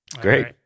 Great